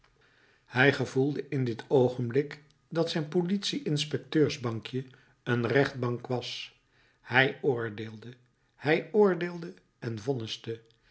hij gevoelde in dit oogenblik dat zijn politie inspecteursbankje een rechtbank was hij oordeelde hij oordeelde en